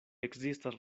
ekzistas